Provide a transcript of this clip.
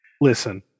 listen